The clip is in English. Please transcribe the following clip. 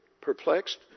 Perplexed